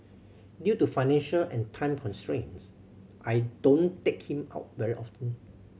due to financial and time constraints I don't take him out very often